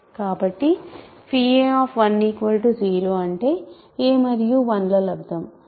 కాబట్టిa 0 అంటే a మరియు 1 ల లబ్దం 0 అంటే a 0